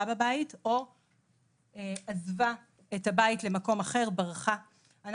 בבית שלה או עזבה את הבית למקום אחר וברחה ממנו.